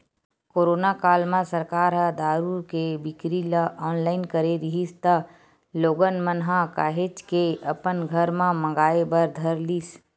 corona काल म सरकार ह दारू के बिक्री ल ऑनलाइन करे रिहिस त लोगन मन ह काहेच के अपन घर म मंगाय बर धर लिस